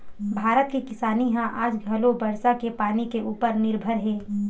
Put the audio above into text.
भारत के किसानी ह आज घलो बरसा के पानी के उपर निरभर हे